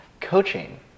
Coaching